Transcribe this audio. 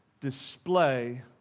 display